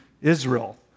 Israel